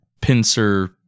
pincer